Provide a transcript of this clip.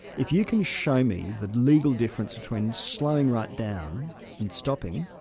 if you can show me the legal difference between slowing right down and stopping,